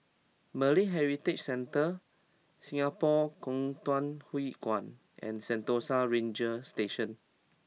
Malay Heritage Centre Singapore Kwangtung Hui Kuan and Sentosa Ranger Station